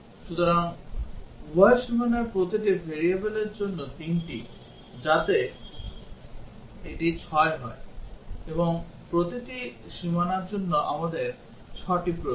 সুতরাং উভয় সীমানায় প্রতিটি variableর জন্য তিনটি যাতে এটি 6 হয় এবং প্রতিটি সীমানার জন্য আমাদের 6 টি প্রয়োজন